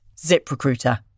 ZipRecruiter